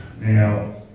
Now